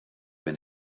been